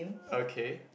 okay